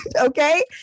okay